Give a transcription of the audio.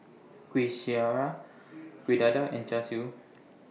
Kuih Syara Kuih Dadar and Char Siu